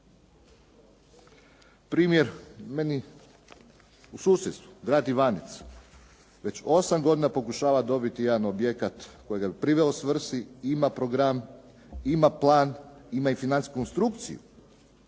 Primjer meni u susjedstvu grad Ivanec. Već osam godina pokušava dobiti jedan objekat kojega bi priveo svrsi, ima plan, ima i financijsku konstrukciju